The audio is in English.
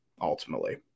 ultimately